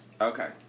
Okay